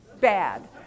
bad